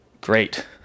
great